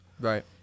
right